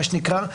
מה שנקרא,